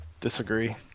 disagree